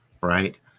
Right